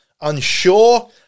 unsure